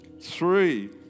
Three